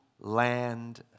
land